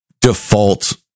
default